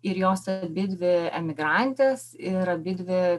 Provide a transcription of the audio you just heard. ir jos abidvi emigrantės ir abidvi